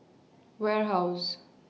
Warehouse